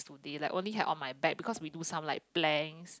they like only had on my back because we do some like plank